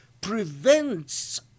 prevents